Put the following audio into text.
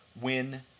win